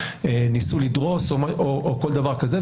ניסו לדרוש או כל דבר כזה,